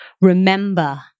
remember